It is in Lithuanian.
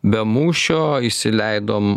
be mūšio įsileidom